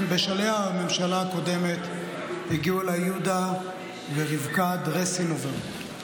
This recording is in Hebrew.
בשלהי הממשלה הקודמת הגיעו אליי יהודה ורבקה דרסינובר.